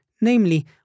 namely